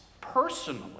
personally